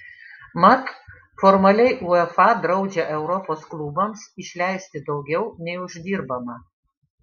mat formaliai uefa draudžia europos klubams išleisti daugiau nei uždirbama